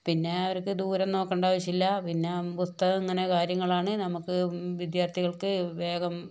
പിന്നെ അവർക്ക് ദൂരം നോക്കണ്ട ആവശ്യല്ല പിന്നെ പുസ്തകം ഇങ്ങനെ കാര്യങ്ങളാണ് നമുക്ക് വിദ്യാർത്ഥികൾക്ക് വേഗം